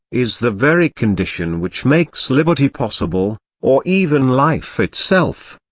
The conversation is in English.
is the very condition which makes liberty possible, or even life itself.